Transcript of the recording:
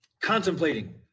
contemplating